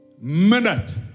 minute